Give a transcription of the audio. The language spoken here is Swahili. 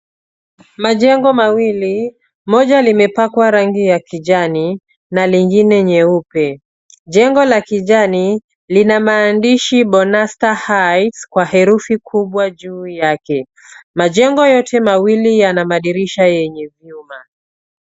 Majengo mawili, moja limepakwa rangi ya kijani ni lingine nyeupe. Jengo la kijani lina maandishi bonasta heights kwa herufi kubwa juu yake. Majengo yote mawili yana madirisha yenye vyuma.